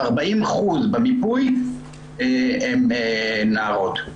אז 40% במיפוי הן נערות.